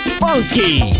funky